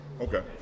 okay